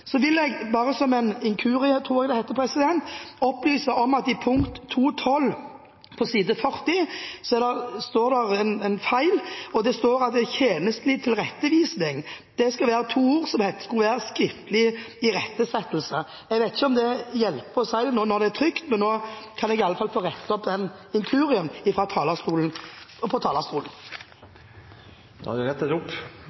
Så vil jeg bare opplyse om at det ved en inkurie står en feil i punkt 2.12 på side 16. Det står «tjenstlig tilrettevisning». Det skal egentlig være «skriftlig irettesettelse». Jeg vet ikke om det hjelper å si det nå når det er trykt, men nå har jeg i alle fall fått rettet opp den inkurien fra talerstolen. Da er det rettet opp. Dette er en stor og